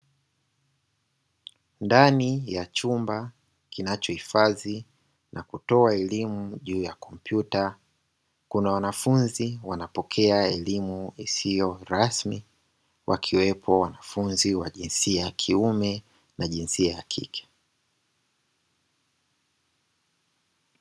Ndani ya chumba kinachohifadhi na kutoa elimu juu ya kompyuta, kuna wanafunzi wanapokea elimu isiyo rasmi wakiwepo wanafunzi wa jinsia ya kiume na jinsia ya kike.